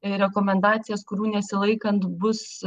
rekomendacijas kurių nesilaikant bus